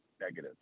negative